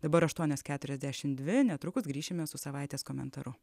dabar aštuonios keturiasdešimt dvi netrukus grįšime su savaitės komentaru